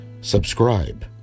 subscribe